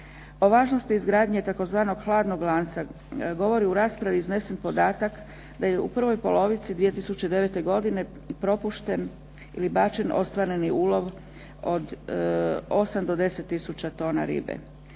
O važnosti izgradnje tzv. hladnog lanca, govori u raspravi iznesen podatak da je u prvoj polovici 2009. godine propušten ili bačen ostvareni ulov od 8 do 10 tisuća tona ribe.